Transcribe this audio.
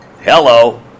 Hello